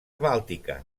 bàltica